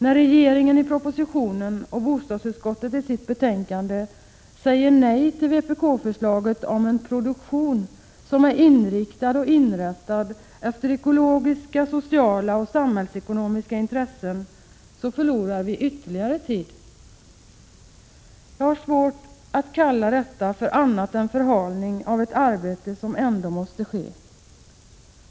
När regeringen i propositionen och bostadsutskottet i sitt betänkande säger nej till vpk-förslaget om en produktion som är inriktad på och inrättad efter ekologiska, sociala och samhällsekonomiska intressen förlorar vi ytterligare tid. Jag har svårt att kalla detta för annat än förhalning av ett arbete som ändå måste göras.